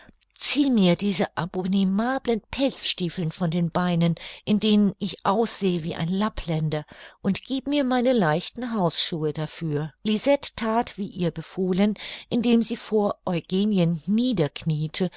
zieh mir diese abominablen pelzstiefeln von den beinen in denen ich aussehe wie ein lappländer und gieb mir meine leichten hausschuhe dafür lisette that wie ihr befohlen indem sie vor eugenien niederkniete